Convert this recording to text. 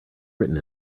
written